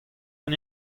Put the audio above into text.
hon